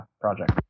project